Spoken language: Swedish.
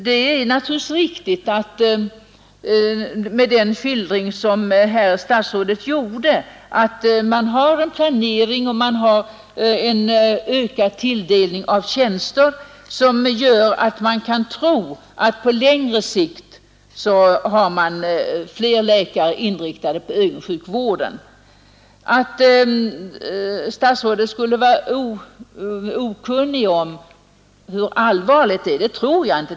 Det är naturligtvis en riktig skildring att det sker en planering av ögonsjukvården och en ökad tilldelning av tjänster som på längre sikt skall ge fler läkare för ögonsjukvården. Att statsrådet skulle vara okunnig om hur allvarligt läget är, tror jag inte.